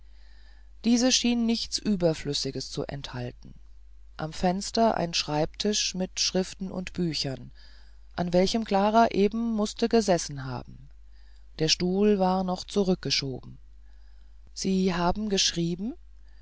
diese schien nichts überflüssiges zu enthalten am fenster ein schreibtisch mit schriften und büchern an welchem klara eben mußte gesessen haben der stuhl war noch zurückgeschoben sie haben geschrieben